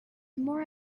more